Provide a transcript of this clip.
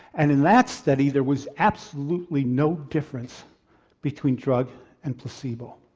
and in that study there was absolutely no difference between drug and placebo.